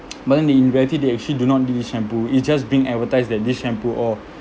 but then in reality they actually do not need this shampoo it's just being advertised that this shampoo oh